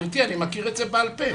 אני מכיר את זה בעל פה,